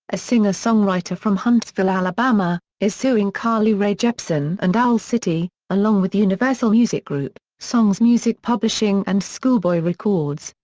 a singer-songwriter from huntsville, ala, but um ah is suing carly rae jepsen and owl city, along with universal music group, songs music publishing and schoolboy records,